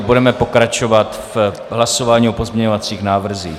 Budeme pokračovat v hlasování o pozměňovacích návrzích.